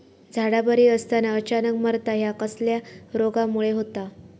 झाडा बरी असताना अचानक मरता हया कसल्या रोगामुळे होता?